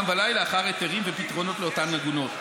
ולילה אחר היתרים ופתרונות לאותן עגונות.